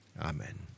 Amen